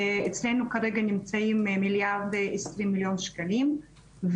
אצלנו כרגע נמצאים מיליארד עשרים מיליון שקלים,